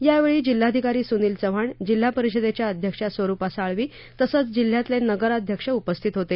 यावेळी जिल्हाधिकारी सुनील चव्हाण जिल्हा परिषदेच्या अध्यक्षा स्वरूपा साळवी तसंच जिल्ह्यातले नगराध्यक्ष उपस्थित होते